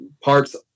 parts